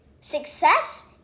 Success